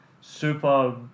super